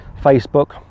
Facebook